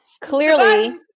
Clearly